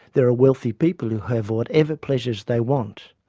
there are wealthy people who have whatever pleasures they want,